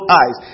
eyes